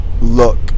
look